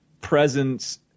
presence